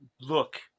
look